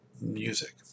music